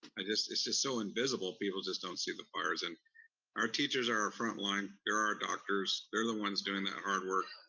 i just, it's just so invisible, people just don't see the fires, and our teachers are our frontline, they're our doctors, they're the ones doing that hard work,